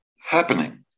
happening